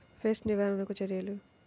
Pest నివారణకు చర్యలు?